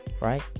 right